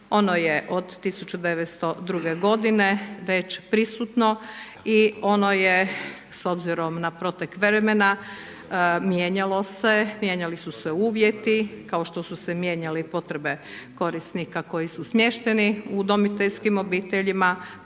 Ono je od 1902. godine već prisutno i ono je s obzirom na protek vremena mijenjalo se, mijenjali su se uvjeti, kao što su se mijenjale i potrebe korisnika koji su smješteni u udomiteljskim obiteljima,